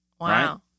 Wow